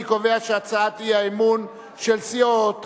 אני קובע שהצעת האי-אמון של סיעות חד"ש,